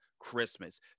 Christmas